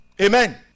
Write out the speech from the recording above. Amen